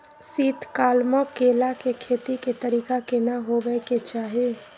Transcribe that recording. शीत काल म केला के खेती के तरीका केना होबय के चाही?